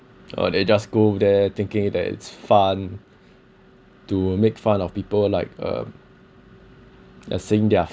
or they just go there thinking that it's fun to make fun of people like uh like saying they are